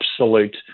absolute